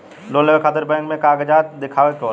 Loan लेवे खातिर bank मे का कागजात दिखावे के होला?